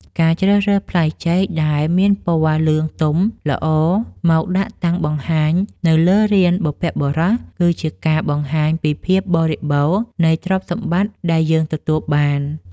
ការជ្រើសរើសផ្លែចេកដែលមានពណ៌លឿងទុំល្អមកដាក់តាំងបង្ហាញនៅលើរានបុព្វបុរស គឺជាការបង្ហាញពីភាពបរិបូរណ៍នៃទ្រព្យសម្បត្តិដែលយើងទទួលបាន។